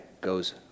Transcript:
goes